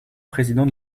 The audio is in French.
président